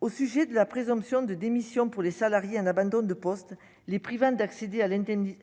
Au sujet de la présomption de démission pour les salariés, un abandon de poste, les privant d'accéder à l'à